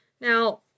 Now